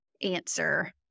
answer